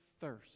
thirst